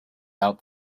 out